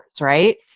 right